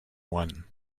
one